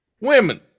Women